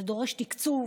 זה דורש תקצוב,